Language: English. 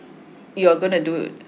your gonna do ah